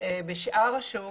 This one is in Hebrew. בשאר השוק